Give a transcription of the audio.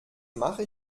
mache